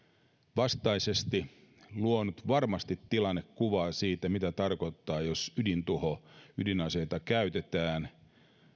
vastaisesti luonut varmasti tilannekuvaa siitä mitä tarkoittaa ydintuho jos ydinaseita käytetään